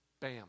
Bam